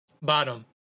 bottom